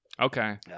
Okay